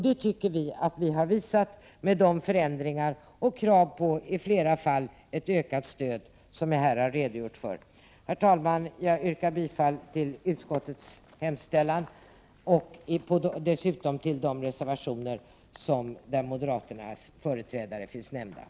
Vi tycker att vi har visat det med de förändringar och i flera fall krav på ökat stöd som jag här har redogjort för. Herr talman! Jag yrkar bifall till utskottets hemställan och dessutom till de reservationer som undertecknats av moderaternas företrädare.